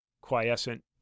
quiescent